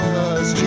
Jesus